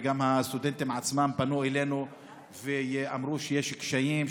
וגם הסטודנטים עצמם פנו אלינו ואמרו שיש קשיים,